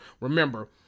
Remember